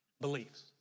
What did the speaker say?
beliefs